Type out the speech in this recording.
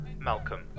malcolm